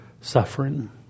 suffering